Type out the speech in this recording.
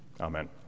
Amen